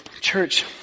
Church